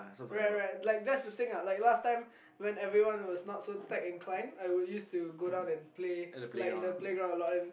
right right like there's the thing ah I like last time when everyone was not so tech inclined I would use to go down and play like in the playground a lot and